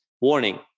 warning